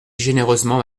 généreusement